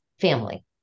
family